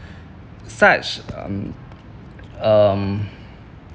such um um